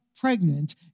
pregnant